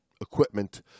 equipment